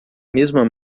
mesma